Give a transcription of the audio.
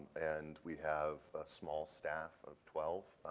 and we have a small staff of twelve.